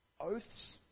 Oaths